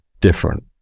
different